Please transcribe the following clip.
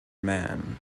man